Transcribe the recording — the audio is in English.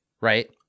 right